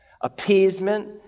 appeasement